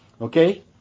okay